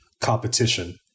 competition